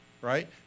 right